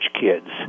kids